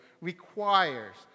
requires